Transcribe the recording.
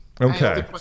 Okay